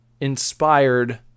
Inspired